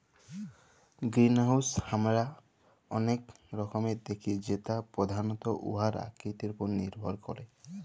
greenhouse আমরা অলেক রকমের দ্যাখি যেট পধালত উয়ার আকৃতির উপর লির্ভর ক্যরে